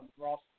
Ross